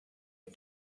you